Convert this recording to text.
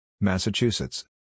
Massachusetts